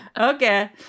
Okay